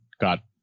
got